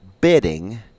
bidding